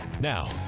Now